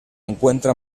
encuentra